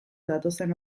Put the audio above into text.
datozen